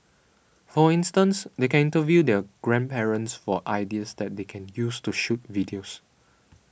for instance they can interview their grandparents for ideas that they can use to shoot videos